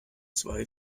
zwei